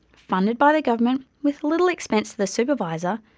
funded by the government, with little expense to the supervisor,